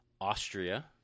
Austria